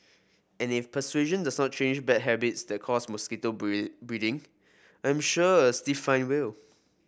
and if persuasion does not change bad habits that cause mosquito breed breeding I'm sure a stiff fine will